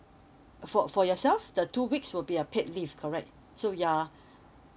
for for yourself the two weeks will be a paid leave correct so you're